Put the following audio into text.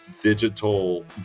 digital